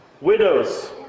widows